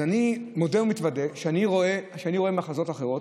אז אני מודה ומתוודה שאני רואה מחזות אחרים,